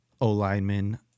O-Lineman